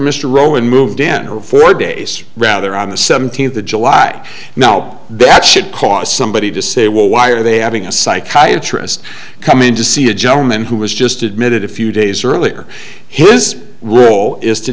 mr rowan moved in her four days rather on the seventeenth of july now that should cause somebody to say well why are they having a psychiatry has come in to see a gentleman who was just admitted a few days earlier his role is to